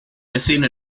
missing